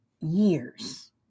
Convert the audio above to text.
years